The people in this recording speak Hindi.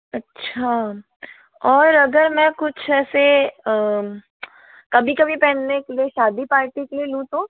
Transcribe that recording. अच्छा और अगर मैं कुछ ऐसे कभी कभी पहनने के लिए शादी पार्टी के लिए लूँ तो